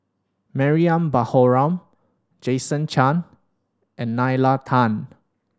Mariam Baharom Jason Chan and Nalla Tan